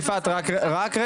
רגע, יפעת רק רגע.